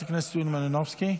חברת הכנסת יוליה מלינובסקי,